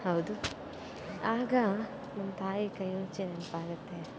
ಹೌದು ಆಗ ನಮ್ಮ ತಾಯಿ ಕೈ ರುಚಿ ನೆನಪಾಗತ್ತೆ